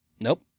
Nope